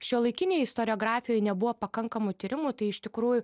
šiuolaikinėj istoriografijoj nebuvo pakankamų tyrimų tai iš tikrųjų